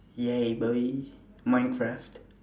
yeah boy minecraft